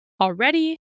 already